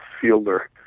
fielder